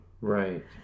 Right